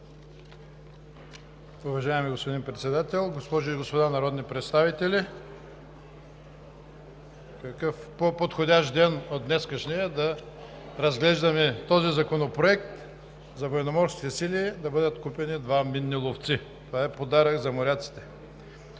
Уважаеми господин Председател, госпожи и господа народни представители! Какъв по подходящ ден от днешния да разглеждаме този законопроект – за Военноморските сили да бъдат купени два минни ловци? Това е подарък за моряците.